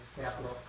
capital